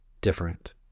different